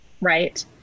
right